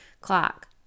clock